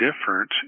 different